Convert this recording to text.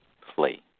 play